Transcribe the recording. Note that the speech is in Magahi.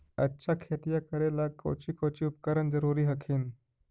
अच्छा खेतिया करे ला कौची कौची उपकरण जरूरी हखिन?